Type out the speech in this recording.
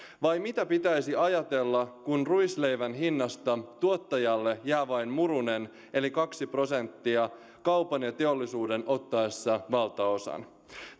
vai mitä pitäisi ajatella kun ruisleivän hinnasta tuottajalle jää vain murunen kaksi prosenttia kaupan ja teollisuuden ottaessa valtaosan